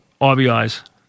RBIs